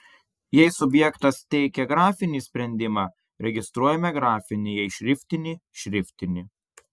jei subjektas teikia grafinį sprendimą registruojame grafinį jei šriftinį šriftinį